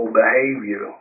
behavior